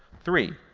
three,